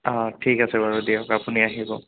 অঁ ঠিক আছে বাৰু দিয়ক আপুনি আহিব